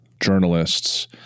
journalists